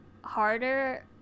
harder